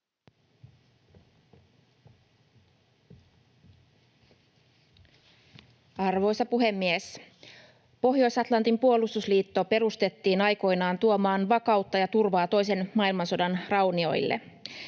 Arvoisa puhemies! Pohjois-Atlantin puolustusliitto perustettiin aikoinaan tuomaan vakautta ja turvaa toisen maailmansodan raunioille.